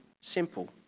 simple